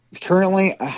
Currently